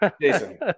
Jason